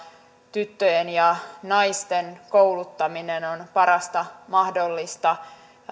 tyttöjen ja naisten kouluttaminen on parasta mahdollista